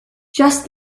just